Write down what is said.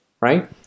right